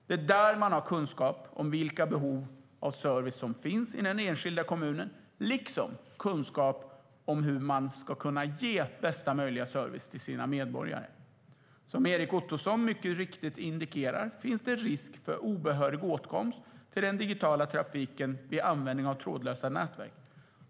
Det är där man har kunskap om vilka behov av service som finns i den enskilda kommunen liksom kunskap om hur man ska kunna ge bästa möjliga service till sina medborgare. Som Erik Ottoson mycket riktigt indikerar finns det risk för obehörig åtkomst till den digitala trafiken vid användning av trådlösa nätverk.